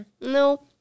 No